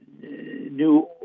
new